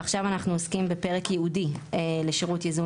ועכשיו אנחנו עוסקים בפרק ייעודי לשירות ייזום